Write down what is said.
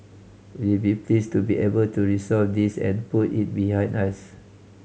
we'd be pleased to be able to resolve this and put it behind us